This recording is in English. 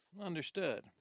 Understood